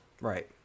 Right